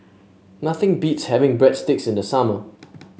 nothing beats having Breadsticks in the summer